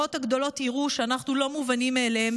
החברות הגדולות יראו שאנחנו לא מובנים מאליהם